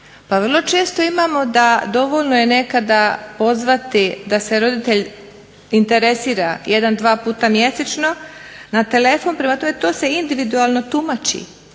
Pa vrlo često imamo da dovoljno je nekada pozvati da se roditelj interesira jedan, dva puta mjesečno, prema tome to individualno tumači